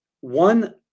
One